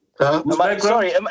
Sorry